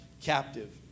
captive